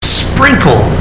sprinkle